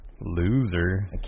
Loser